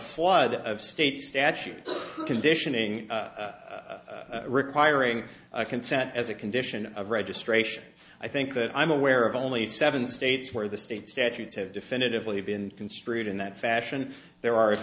flood of state statutes conditioning requiring consent as a condition of registration i think that i'm aware of only seven states where the state statutes have definitively been construed in that fashion there are if